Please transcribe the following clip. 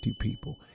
people